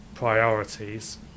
Priorities